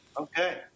Okay